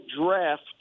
draft